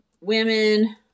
women